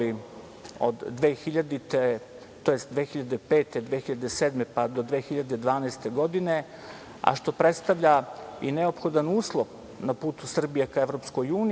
tj. 2005, 2007, pa do 2012. godine, a što predstavlja i neophodan uslov na putu Srbije ka EU i